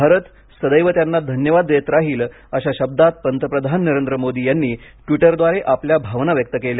भारत सदैव त्यांना धन्यवाद देत राहील अशा शब्दात पंतप्रधान नरेंद मोदी यांनी ट्वीटरद्वारे आपल्या भावना व्यक्त केल्या